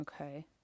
Okay